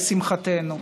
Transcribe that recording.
לשמחתנו.